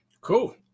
Cool